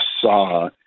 saw